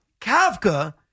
Kafka